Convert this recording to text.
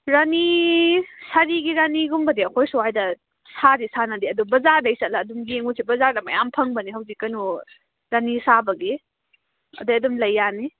ꯔꯥꯅꯤ ꯁꯥꯔꯤꯒꯤ ꯔꯥꯅꯤꯒꯨꯝꯕꯗꯤ ꯑꯩꯈꯣꯏ ꯁ꯭ꯋꯥꯏꯗ ꯁꯥꯗꯤ ꯁꯥꯅꯗꯦ ꯑꯗꯣ ꯕꯖꯥꯔꯗꯒꯤ ꯆꯠꯂꯒ ꯑꯗꯨꯝ ꯌꯦꯡꯉꯨꯁꯤ ꯕꯖꯥꯔꯗ ꯃꯌꯥꯝ ꯐꯪꯕꯅꯤ ꯍꯧꯖꯤꯛ ꯀꯩꯅꯣ ꯔꯥꯅꯤ ꯁꯥꯕꯒꯤ ꯑꯗꯨꯗꯩ ꯑꯗꯨꯝ ꯂꯩꯕ ꯌꯥꯅꯤ